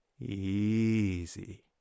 Easy